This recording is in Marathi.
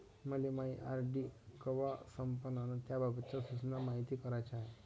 मले मायी आर.डी कवा संपन अन त्याबाबतच्या सूचना मायती कराच्या हाय